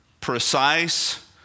precise